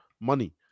money